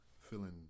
feeling